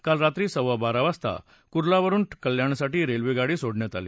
काल रात्री सव्वा बारा वाजता कूर्लावरुन कल्याणसाठी गाडी सोडण्यात आली